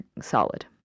solid